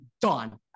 done